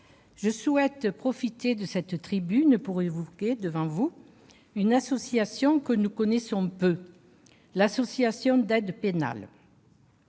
Je souhaite profiter de cette tribune pour évoquer, devant vous, une association que nous connaissons peu : l'Association d'Aide Pénale.